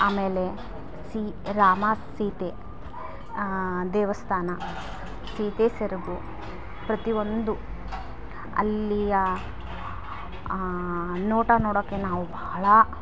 ಆಮೇಲೆ ಸಿ ರಾಮ ಸೀತೆ ದೇವಸ್ಥಾನ ಸೀತೆ ಸೆರಗು ಪ್ರತಿಯೊಂದು ಅಲ್ಲಿಯ ನೋಟ ನೋಡೋಕ್ಕೆ ನಾವು ಬಹಳ